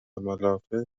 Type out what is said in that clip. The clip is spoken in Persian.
ملافه